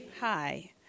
Hi